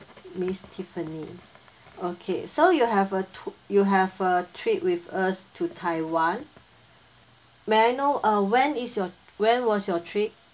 miss tiffany okay so you have a tou~ you have a trip with us to taiwan may I know uh when is your when was your trip